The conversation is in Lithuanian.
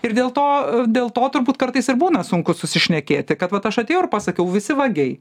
ir dėl to dėl to turbūt kartais ir būna sunku susišnekėti kad vat aš atėjau ir pasakiau visi vagiai